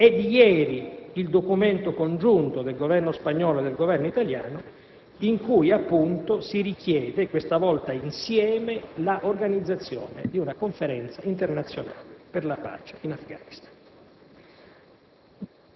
sia il consenso di altri Paesi europei. È di ieri il documento congiunto tra il Governo spagnolo e il Governo italiano. La Spagna tra l'altro schiera le proprio forze armate a fianco delle nostre, in una missione che è comune.